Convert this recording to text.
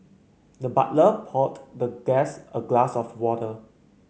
the butler poured the guest a glass of water